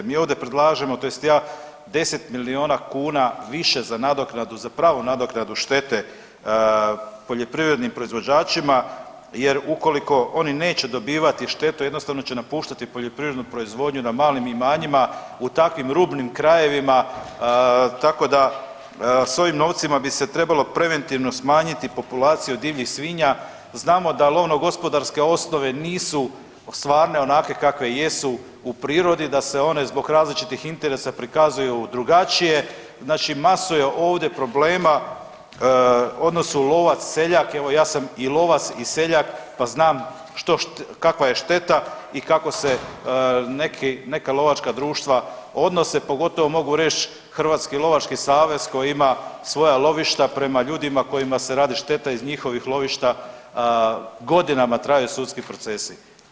Mi ovdje predlažemo tj. ja, 10 milijuna kuna više za nadoknadu, za pravu nadoknadu štete poljoprivrednim proizvođačima jer ukoliko neće dobivati štetu, jednostavno će napuštati poljoprivrednu proizvodnju na malim imanjima u takvim rubnim krajevima, tako da s ovim novcima bi se trebalo preventivno smanjiti populaciju divljih svinja, znamo da lovno-gospodarske osnove nisu stvarne onakve kakve jesu u prirode, da se one zbog različitih interesa prikazuju drugačije, znači masu je ovdje problema odnosno lovac-seljak, evo ja sam i lovac i seljak, pa znam kakva je šteta i kako se neka lovačka društva odnose, pogotovo mogu reć Hrvatski lovački savez koji ima svoja lovišta prema ljudima kojima se radi šteta iz njihovih lovišta, godinama traju sudski procesi.